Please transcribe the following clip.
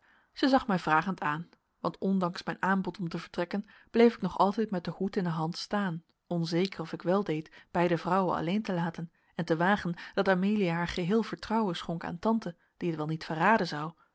zij zag mij vragend aan want ondanks mijn aanbod om te vertrekken bleef ik nog altijd met den hoed in de hand staan onzeker of ik weldeed beide vrouwen alleen te laten en te wagen dat amelia haar geheel vertrouwen schonk aan tante die het wel niet verraden zou